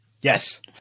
Yes